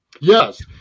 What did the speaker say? Yes